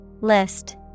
List